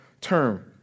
term